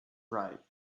right